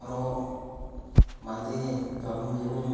ᱦᱚᱨᱚᱜ ᱵᱟᱫᱮ ᱡᱚᱢᱼᱧᱩ